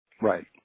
Right